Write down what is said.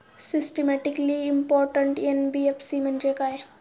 Systematically important NBFC म्हणजे काय?